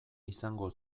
izango